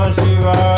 Shiva